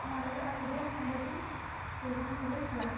ᱚᱱᱟ ᱞᱟᱹᱜᱤᱫ ᱟᱞᱮᱫᱚ ᱚᱸᱰᱮᱜᱮ ᱠᱤᱨᱤᱧᱞᱮ ᱪᱟᱞᱟᱜᱼᱟ